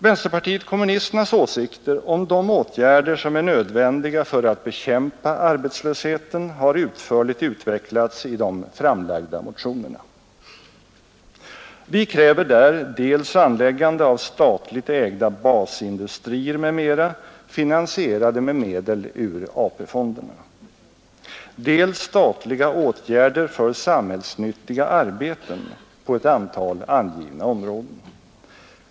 Vänsterpartiet kommunisternas åsikter om de åtgärder som är nödvändiga för att bekämpa arbetslösheten har utförligt utvecklats i de framlagda motionerna. Vi kräver där dels anläggande av statligt ägda basindustrier m.m., finansierade med medel ur AP-fonderna, dels statliga åtgärder för samhällsnyttiga arbeten på ett antal angivna områden.